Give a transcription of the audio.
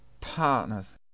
partners